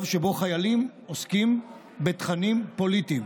שבו חיילים עוסקים בתכנים פוליטיים,